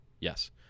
Yes